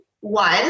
One